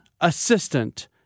assistant